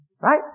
Right